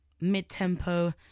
mid-tempo